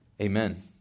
Amen